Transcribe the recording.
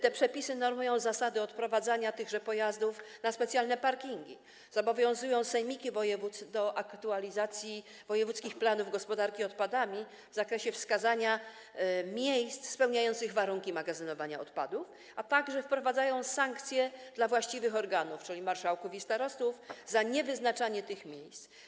Te przepisy normują zasady odprowadzania tychże pojazdów na specjalne parkingi, ponadto zobowiązują sejmiki województw do aktualizacji wojewódzkich planów gospodarki odpadami w zakresie wskazania miejsc spełniających warunki magazynowania odpadów, a także wprowadzają sankcje dla właściwych organów, czyli marszałków i starostów, za niewyznaczanie tych miejsc.